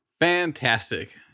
Fantastic